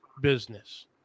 business